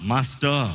Master